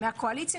מהקואליציה,